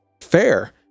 fair